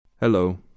Hello